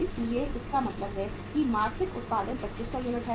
इसलिए इसका मतलब है कि मासिक उत्पादन 2500 यूनिट है